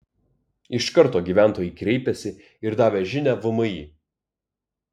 iš karto gyventojai kreipėsi ir davė žinią vmi